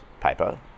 paper